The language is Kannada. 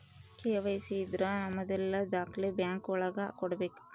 ಕೆ.ವೈ.ಸಿ ಇದ್ರ ನಮದೆಲ್ಲ ದಾಖ್ಲೆ ಬ್ಯಾಂಕ್ ಒಳಗ ಕೊಡ್ಬೇಕು